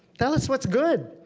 tell us what's good.